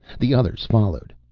the others followed.